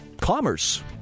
commerce